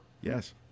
Yes